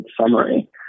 summary